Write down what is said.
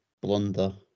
blunder